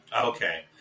Okay